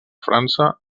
frança